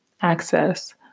access